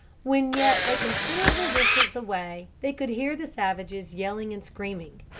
when yet a considerable distance away they could hear the savages yelling and screaming.